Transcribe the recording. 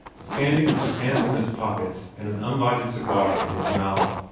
standing with his hands in his pockets and an unlighted cigar in his mouth,